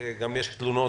גם יש תלונות,